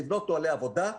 לבנות נוהלי עבודה,